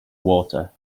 water